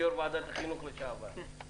כיו"ר ועדת החינוך לשעבר,